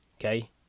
okay